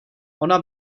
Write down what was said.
ona